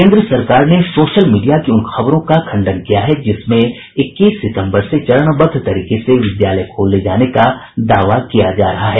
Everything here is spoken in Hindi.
केन्द्र सरकार ने सोशल मीडिया की उन खबरों का खंडन किया है जिसमें इक्कीस सितम्बर से चरणबद्ध तरीके से विद्यालय खोले जाने का दावा किया जा रहा है